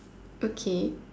okay